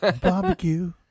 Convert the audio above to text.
Barbecue